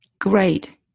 great